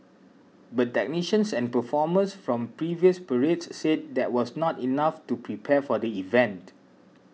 but technicians and performers from previous parades said that was not enough to prepare for the event